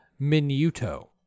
minuto